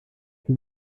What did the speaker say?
für